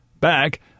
back